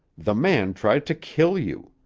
the man tried to kill you.